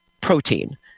protein